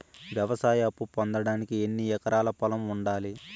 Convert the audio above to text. వ్యవసాయ అప్పు పొందడానికి ఎన్ని ఎకరాల పొలం ఉండాలి?